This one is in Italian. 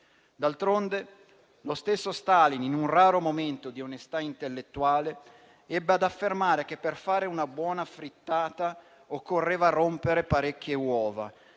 D'altronde, lo stesso Stalin, in un raro momento di onestà intellettuale, ebbe ad affermare che per fare una buona frittata occorreva rompere parecchie uova,